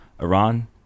Iran